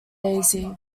daisy